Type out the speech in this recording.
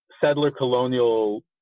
settler-colonial